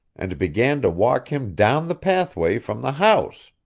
and began to walk him down the pathway from the house.